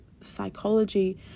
psychology